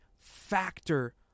factor